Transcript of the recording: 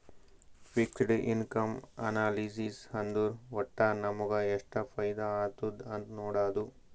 fixed income analysis ಅಂದುರ್ ವಟ್ಟ್ ನಮುಗ ಎಷ್ಟ ಫೈದಾ ಆತ್ತುದ್ ಅಂತ್ ನೊಡಾದು